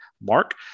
mark